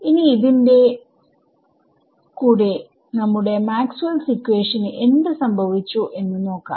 ഇനി ഇതിന്റെ കൂടെ നമ്മുടെ മാക്സ്വെൽസ് ഇക്വേഷന് maxwells equation എന്ത് സംഭവിച്ചു എന്ന് നോക്കാം